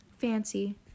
fancy